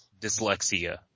dyslexia